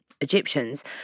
Egyptians